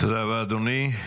תודה רבה, אדוני.